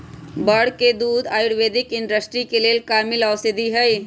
बड़ के दूध आयुर्वैदिक इंडस्ट्री के लेल कामिल औषधि हई